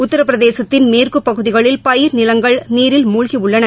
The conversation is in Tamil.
உத்திரபிரதேசத்தின் மேற்குப் பகுதிகளில் பயிர் நிலங்கள் நீரில் மூழ்கியுள்ளன